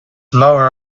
lower